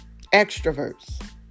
extroverts